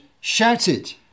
shouted